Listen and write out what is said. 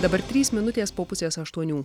dabar trys minutės po pusės aštuonių